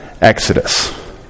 exodus